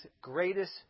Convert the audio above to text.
greatest